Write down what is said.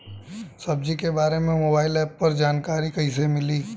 सब्जी के बारे मे मोबाइल पर जानकारी कईसे मिली?